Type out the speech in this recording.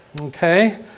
Okay